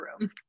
room